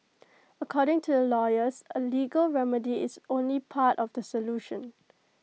according to the lawyers A legal remedy is only part of the solution